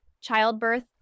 childbirth